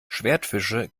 schwertfische